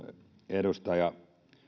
edustaja